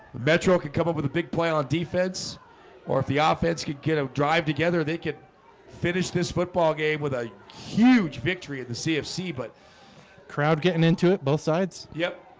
metro can come up with a big play on defense or if the offense could kiddo drive together they could finish this football game with a huge victory at the cfc, but crowd getting into it both sides. yep,